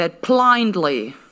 blindly